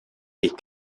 est